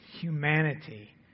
humanity